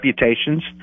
reputations